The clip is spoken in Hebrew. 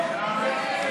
ההצעה להעביר